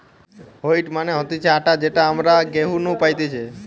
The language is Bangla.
হোইট মানে হতিছে আটা যেটা আমরা গেহু নু পাইতেছে